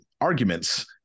arguments